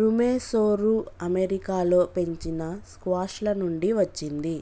ఋమెసోఋ అమెరికాలో పెంచిన స్క్వాష్ల నుండి వచ్చింది